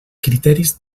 criteris